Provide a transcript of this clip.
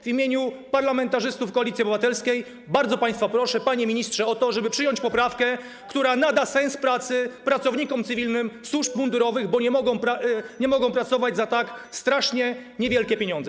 W imieniu parlamentarzystów Koalicji Obywatelskiej bardzo państwa proszę, panie ministrze, o to żeby przyjąć poprawkę, która nada sens pracy pracowników cywilnych służb mundurowych, bo nie mogą pracować za tak strasznie niewielkie pieniądze.